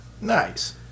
Nice